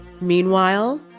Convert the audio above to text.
Meanwhile